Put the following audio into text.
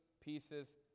pieces